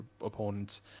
opponents